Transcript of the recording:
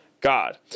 god